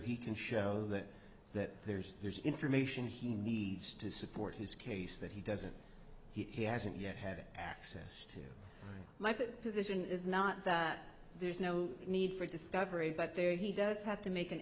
he can show that that there's there's information he needs to support his case that he doesn't he hasn't yet had access my position is not that there's no need for discovery but there he does have to make an